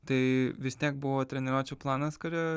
tai vis tiek buvo treniruočių planas kurio